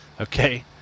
okay